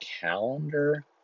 calendar